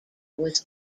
was